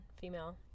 female